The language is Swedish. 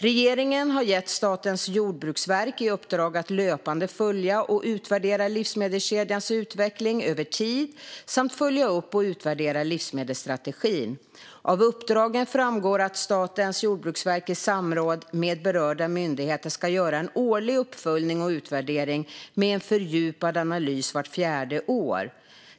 Regeringen har gett Statens jordbruksverk i uppdrag att löpande följa och utvärdera livsmedelskedjans utveckling över tid samt följa upp och utvärdera livsmedelsstrategin. Av uppdragen framgår att Statens jordbruksverk i samråd med berörda myndigheter ska göra en årlig uppföljning och utvärdering med en fördjupad analys vart fjärde år.